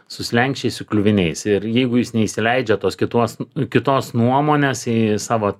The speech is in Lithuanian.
su slenksčiais su kliuviniais ir jeigu jis neįsileidžia tos kituos kitos nuomonės į savo